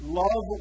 love